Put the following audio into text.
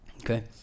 okay